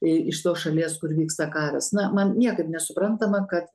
iš tos šalies kur vyksta karas na man niekaip nesuprantama kad